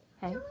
Hey